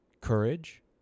courage